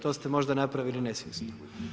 To ste možda napravili nesvjesno.